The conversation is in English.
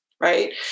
right